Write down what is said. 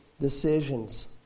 decisions